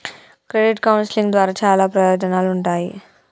credit counselling ద్వారా చాలా ప్రయోజనాలుంటాయి